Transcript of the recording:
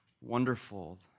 wonderful